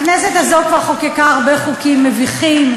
הכנסת הזו כבר חוקקה הרבה חוקים מביכים,